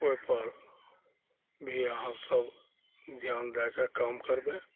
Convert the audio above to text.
ओइपर भी अहाँ सब ध्यान दैके काम करबय